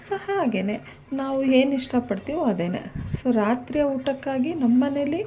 so ಹಾಗೆಯೇ ನಾವು ಏನಿಷ್ಟ ಪಡ್ತೀವೋ ಅದೇನೇ ಸೊ ರಾತ್ರಿಯ ಊಟಕ್ಕಾಗಿ ನಮ್ಮನೆಯಲ್ಲಿ